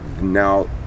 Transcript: now